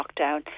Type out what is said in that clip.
lockdown